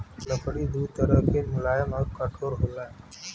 लकड़ी दू तरह के मुलायम आउर कठोर होला